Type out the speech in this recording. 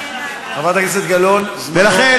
שהיא לא מדגישה שה"לאומי" לא מספיק,